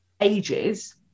ages